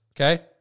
Okay